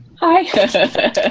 hi